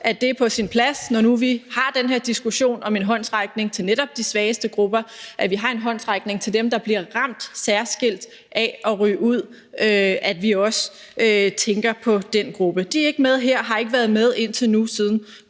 at det er på sin plads, når nu vi har den diskussion om en håndsrækning til netop de svageste grupper, at vi giver en håndsrækning til dem, der bliver ramt særskilt af at ryge ud, altså at vi også tænker på den gruppe. De er ikke med her og har ikke været med, siden